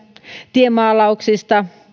tiemaalauksista